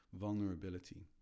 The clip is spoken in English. vulnerability